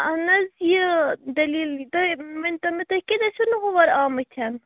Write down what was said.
اَہن حظ یہِ دٔلیٖل تُہۍ ؤنۍتَو مےٚ تُہۍ کیٛازِ أسۍوٕ نہٕ ہور آمٕتۍ